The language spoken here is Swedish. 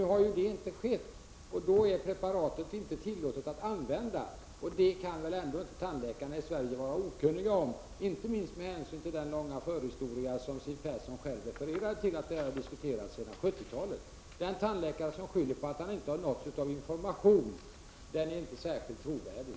Nu har detta dock inte skett, och då är det inte tillåtet att använda preparatet. Detta kan väl ändå inte tandläkarna i Sverige vara okunniga om, inte minst med hänsyn till den långa förhistoria vilken Siw Persson själv refererade till och i vilken ingår att denna fråga har diskuterats sedan 70-talet. Den tandläkare som skyller på att han inte har nåtts av information är inte särskilt trovärdig.